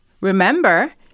Remember